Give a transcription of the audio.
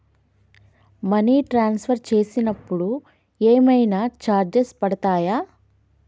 Money transfer చేసినప్పుడు ఏమైనా charges పడతయా?